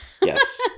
Yes